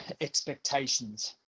expectations